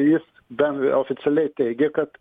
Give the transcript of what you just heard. jis bent oficialiai teigė kad